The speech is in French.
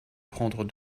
prendre